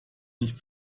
nicht